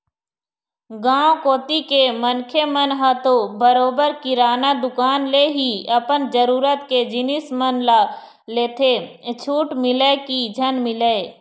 गाँव कोती के मनखे मन ह तो बरोबर किराना दुकान ले ही अपन जरुरत के जिनिस मन ल लेथे छूट मिलय की झन मिलय